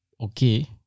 okay